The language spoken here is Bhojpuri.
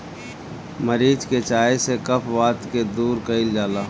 मरीच के चाय से कफ वात के दूर कइल जाला